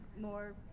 more